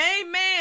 Amen